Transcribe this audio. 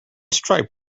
stripe